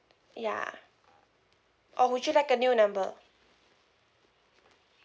ya or would you like a new number